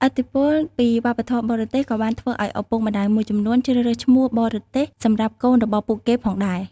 ឥទ្ធិពលពីវប្បធម៌បរទេសក៏បានធ្វើឱ្យឪពុកម្តាយមួយចំនួនជ្រើសរើសឈ្មោះបរទេសសម្រាប់កូនរបស់ពួកគេផងដែរ។